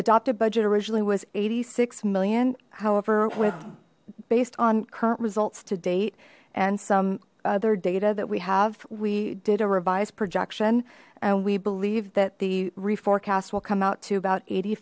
adopted budget originally was eighty six million however with based on current results to date and some other data that we have we did a revised projection and we believe that the refor cast will come out to about eighty